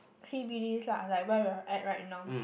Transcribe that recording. C_B_Ds lah like where we are at right now